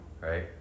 right